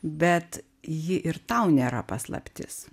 bet ji ir tau nėra paslaptis